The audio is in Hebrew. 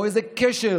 או איזה קשר